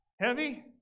heavy